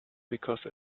because